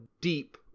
deep